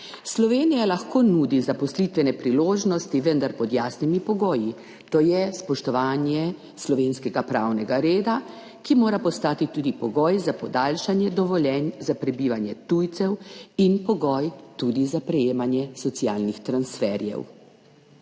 Slovenija lahko nudi zaposlitvene priložnosti, vendar pod jasnimi pogoji, to je spoštovanje slovenskega pravnega reda, ki mora postati tudi pogoj za podaljšanje dovoljenj za prebivanje tujcev in pogoj tudi za prejemanje socialnih transferjev.«